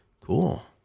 Cool